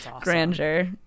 grandeur